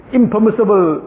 impermissible